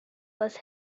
was